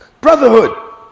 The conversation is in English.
Brotherhood